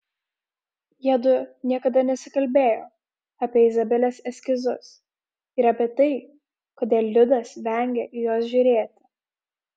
jiedu niekada nesikalbėjo apie izabelės eskizus ir apie tai kodėl liudas vengia į juos žiūrėti